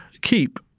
keep